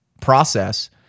process